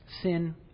sin